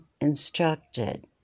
instructed